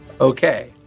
okay